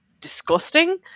disgusting